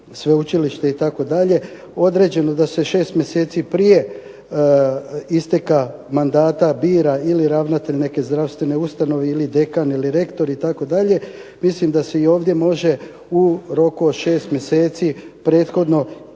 sveučilište itd. određeno da se 6 mjeseci prije isteka mandata bira ili ravnatelj neke zdravstvene ustanove ili dekan ili rektor itd., mislim da se i ovdje može u roku od 6 mjeseci prethodno